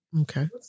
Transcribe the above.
Okay